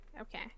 Okay